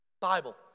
Bible